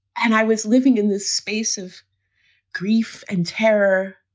and i was living in this space of grief and terror.